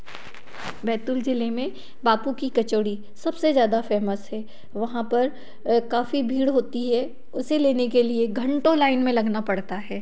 बैतूल जिले में बापू की कचौड़ी सबसे ज़्यादा फेमस है वहाँ पर काफ़ी भीड़ होती है उसे लेने के लिए घंटों लाइन में लगना पड़ता है